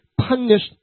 punished